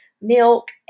milk